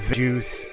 juice